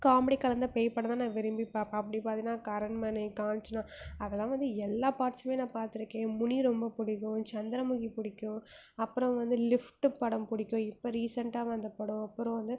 comedy கலந்த பேய் படம் தான் நான் விரும்பி பார்ப்பேன் அப்படி பார்த்தினா அரண்மனை காஞ்சனா அதெல்லாம் வந்து எல்லா பார்ட்ஸுமே நான் பார்த்துருக்கேன் முனி ரொம்ப பிடிக்கும் சந்திரமுகி பிடிக்கும் அப்புறம் வந்து லிஃப்டு படம் பிடிக்கும் இப்போ ரீசெண்ட்டாக வந்த படம் அப்புறம் வந்து